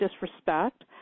disrespect